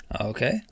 Okay